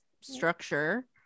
structure